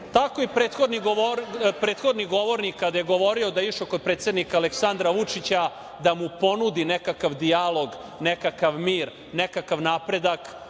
Tako i prethodni govornik kada je govorio da je išao kod predsednika Aleksandra Vučića da mu ponudi nekakav dijalog, nekakav mir, nekakav napredak,